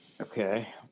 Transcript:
Okay